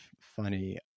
funny